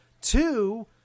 Two